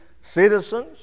citizens